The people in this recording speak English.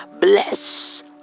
bless